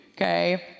okay